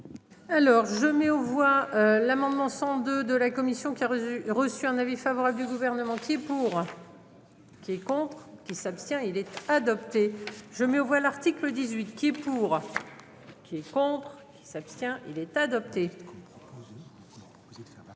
Alors je mets aux voix l'amendement 100 de de la commission qui a reçu, reçu un avis favorable du gouvernement qui pour. Qui est contre qui s'abstient il être adopté. Je me vois l'article 18 qui et pour. Qui est contre qui s'abstient il est adopté.